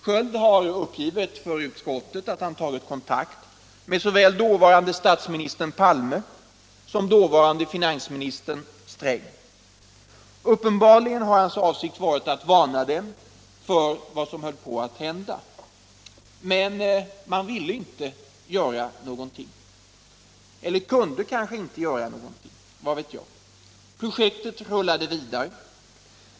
Sköld har uppgivit för utskottet att han tagit kontakt med såväl dåvarande statsministern Palme som dåvarande finansministern Sträng. Uppenbarligen har hans avsikt varit att varna dem för vad som höll på att hända. Men de ville inte göra något — eller kunde kanske inte, vad vet jag? Projektet rullade vidare.